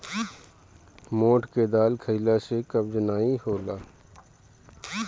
मोठ के दाल खईला से कब्ज नाइ होला